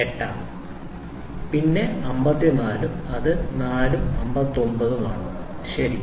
800 ആണ് പിന്നെ 54 ഉം അത് 4 ഉം 4 ഉം 50 ഉം ആണ് ശരി